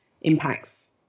impacts